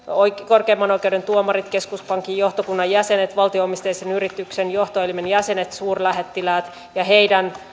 korkeimman oikeuden tuomarit keskuspankin johtokunnan jäsenet valtio omisteisen yrityksen johtoelimen jäsenet suurlähettiläät ja heidän